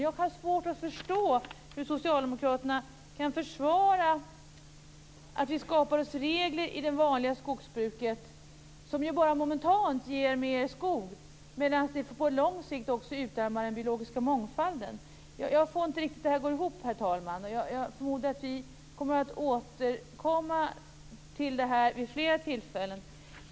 Jag har svårt att förstå hur Socialdemokraterna kan försvara att vi skapar regler i det vanliga skogsbruket som bara momentant ger mer skog medan det på lång sikt också utarmar den biologiska mångfalden. Jag får inte riktigt det här att gå ihop, herr talman. Jag förmodar att vi kommer att återkomma till detta vid flera tillfällen.